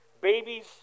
babies